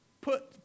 put